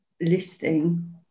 listing